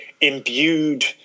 imbued